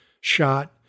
shot